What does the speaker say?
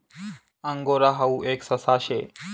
angora हाऊ एक ससा शे